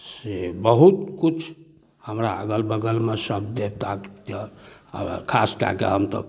से बहुत किछु हमरा अगल बगलमे सब देवता पितर हौवे खासकऽ कऽ हम तऽ